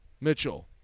Mitchell